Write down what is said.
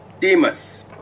Demas